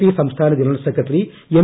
P സംസ്ഥാന general secretary M